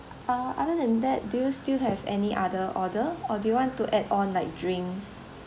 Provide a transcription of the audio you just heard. uh other than that do you still have any other order or do you want to add on like drinks